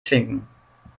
schinken